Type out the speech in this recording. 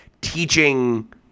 teaching